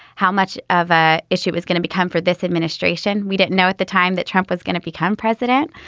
how much of a issue was going to become for this administration. we didn't know at the time that trump was going to become president.